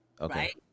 Okay